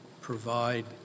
provide